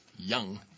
Young